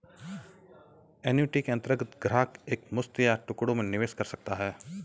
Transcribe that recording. annuity के अंतर्गत ग्राहक एक मुश्त या टुकड़ों में निवेश कर सकता है